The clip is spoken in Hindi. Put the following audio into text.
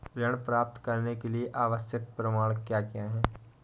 ऋण प्राप्त करने के लिए आवश्यक प्रमाण क्या क्या हैं?